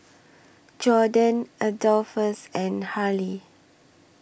Jordin Adolphus and Harlie